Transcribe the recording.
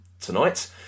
tonight